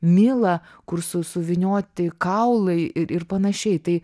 milą kur su suvynioti kaulai ir ir panašiai tai